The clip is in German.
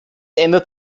ändert